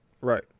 Right